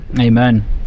Amen